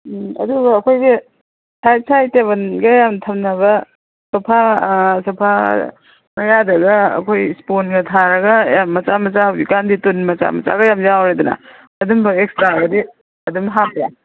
ꯎꯝ ꯑꯗꯨꯒ ꯑꯩꯈꯣꯏꯒꯤ side side ꯇꯦꯕꯜꯒ ꯌꯥꯝ ꯊꯝꯅꯕ ꯁꯣꯐꯥ ꯁꯣꯐꯥ ꯃꯌꯥꯗꯒ ꯑꯩꯈꯣꯏ ꯁ꯭ꯄꯣꯟꯒ ꯊꯥꯔꯒ ꯌꯥꯝ ꯃꯆꯥ ꯃꯆꯥ ꯍꯧꯖꯤꯛ ꯀꯥꯟꯗꯤ ꯇꯨꯟ ꯃꯆꯥ ꯃꯆꯥꯒ ꯌꯥꯝ ꯌꯥꯎꯔꯦꯗꯅ ꯑꯗꯨꯝꯕ ꯑꯦꯛꯁꯇ꯭ꯔꯥꯒꯗꯤ ꯑꯗꯨꯝ ꯍꯥꯞꯄꯦ